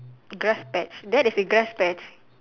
grass patch that is a grass patch